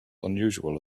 unusual